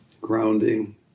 grounding